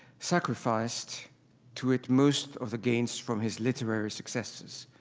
sacrificed to it most of the gains from his literary successes.